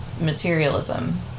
materialism